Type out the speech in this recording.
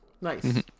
Nice